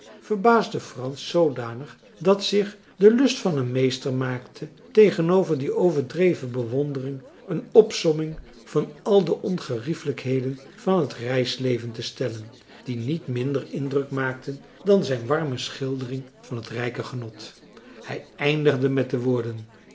verbaasde frans zoodanig dat zich de lust van hem meester maakte tegenover die overdreven bewondering een opsomming van al de ongeriefelijkheden van het reisleven te stellen die niet minder indruk maakte dan zijn warme schildering van het rijke genot hij eindigde met de woorden